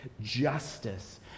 justice